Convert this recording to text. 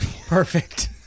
Perfect